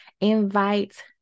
invite